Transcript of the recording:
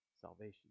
salvation